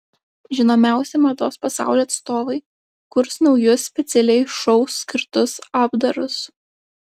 žinomiausi mados pasaulio atstovai kurs naujus specialiai šou skirtus apdarus